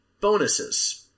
bonuses